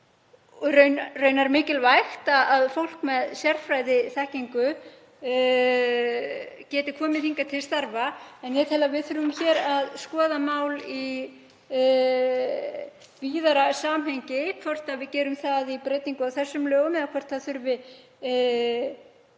og raunar mikilvægt að fólk með sérfræðiþekkingu geti komið hingað til starfa. En ég tel að við þurfum að skoða málin hér í víðara samhengi, hvort við gerum það með breytingu á þessu frumvarpi eða hvort það þurfi